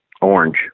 Orange